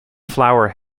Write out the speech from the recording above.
flower